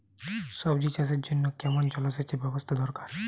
সবজি চাষের জন্য কেমন জলসেচের ব্যাবস্থা দরকার?